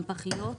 גם פחיות.